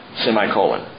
Semicolon